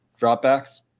dropbacks